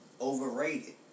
overrated